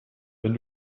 wenn